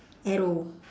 arrow